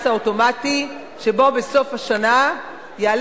האוטומטי", שבו בסוף השנה יעלה